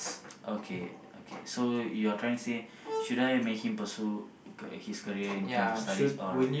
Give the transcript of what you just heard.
okay okay so you're trying to say should I make him pursue ca~ his career in terms of studies or